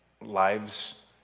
lives